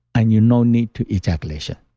and you no need to ejaculation,